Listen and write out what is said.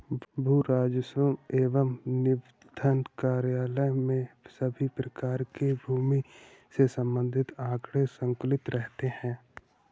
भू राजस्व एवं निबंधन कार्यालय में सभी प्रकार के भूमि से संबंधित आंकड़े संकलित रहते हैं